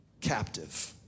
captive